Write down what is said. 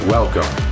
Welcome